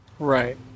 Right